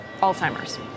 Alzheimer's